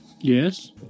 Yes